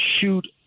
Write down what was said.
shoot